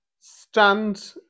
stand